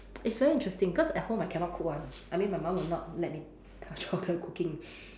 it's very interesting cause at home I cannot cook [one] I mean my mum would not let me touch water cooking